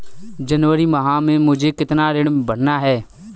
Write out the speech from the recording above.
जनवरी माह में मुझे कितना ऋण भरना है?